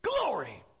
glory